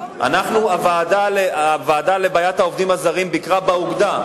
הוועדה לבעיית העובדים הזרים ביקרה באוגדה,